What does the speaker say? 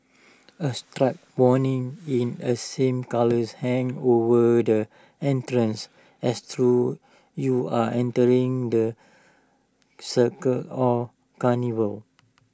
A striped warning in A same colours hang over the entrance as through you are entering the circa or carnival